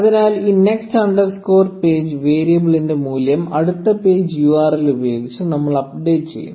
അതിനാൽ ഈ next underscore page വേരിയബിളിന്റെ മൂല്യം അടുത്ത പേജ് URL ഉപയോഗിച്ച് നമ്മൾ അപ്ഡേറ്റ് ചെയ്യുന്നു